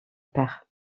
père